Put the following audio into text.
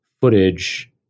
footage